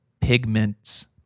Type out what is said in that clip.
pigments